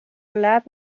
verlaat